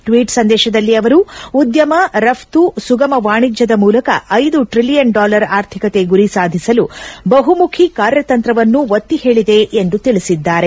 tweet ಸಂದೇಶದಲ್ಲಿ ಅವರು ಉದ್ಯಮ ರಪ್ತು ಸುಗಮ ವಾಣಿಜ್ಯದ ಮೂಲಕ ಐದು ಟ್ರಿಲಿಯನ್ ಡಾಲರ್ ಆರ್ಥಿಕತೆ ಗುರಿ ಸಾಧಿಸಲು ಬಹುಮುಖಿ ಕಾರ್ಯತಂತ್ರವನ್ನು ಒತ್ತಿ ಹೇಳಿದೆ ಎಂದು ತಿಳಿಸಿದ್ದಾರೆ